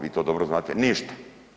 Vi to dobro znate, ništa.